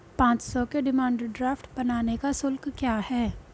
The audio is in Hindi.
पाँच सौ के डिमांड ड्राफ्ट बनाने का शुल्क क्या है?